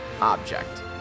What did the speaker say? object